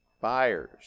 buyers